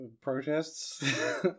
protests